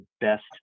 best